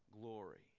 glory